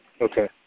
Okay